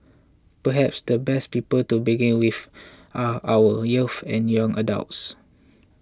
perhaps the best people to begin with are our youths and young adults